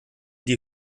die